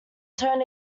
turn